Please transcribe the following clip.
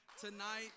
tonight